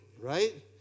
right